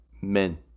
men